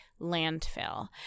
landfill